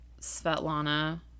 Svetlana